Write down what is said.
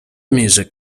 music